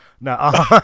No